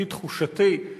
לפי תחושתי,